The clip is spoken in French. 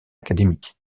académique